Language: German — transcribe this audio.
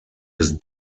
des